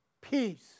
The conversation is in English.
peace